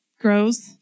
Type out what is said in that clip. grows